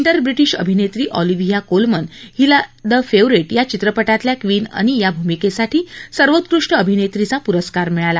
विरब्रिटिश अभिनेत्री Olivia Colman हिला the favourite या चित्रपटातल्या क्वीन अनी या भूमिकेसाठी सर्वोत्कृष्ट अभिनेत्रीचा पुरस्कार मिळाला